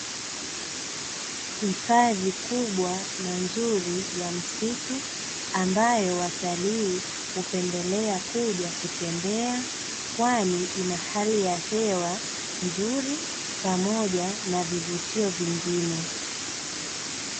Hifadhi kubwa na nzuri ya msitu ambayo watalii hupendelea kuja kutembea kwani ina hali ya hewa nzuri pamoja na vivutio vingine.